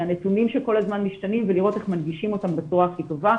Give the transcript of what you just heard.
הנתונים שכל הזמן משתנים ולראות איך מנגישים אותם בצורה הכי טובה.